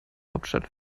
hauptstadt